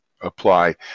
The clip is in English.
apply